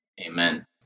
Amen